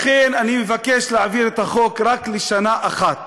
לכן אני מבקש להעביר את החוק רק לשנה אחת.